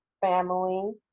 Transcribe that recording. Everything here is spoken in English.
family